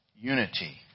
Unity